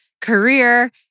career